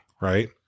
Right